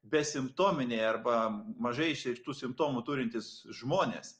besimptominiai arba mažai išreikštų simptomų turintys žmonės